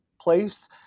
place